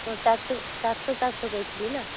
ହଁ ଚାରିଶହ ଚାରିଶହ ଚାରିଶହ କହିଥିଲିନା